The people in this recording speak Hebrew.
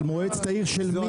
אבל מועצת העיר של מי?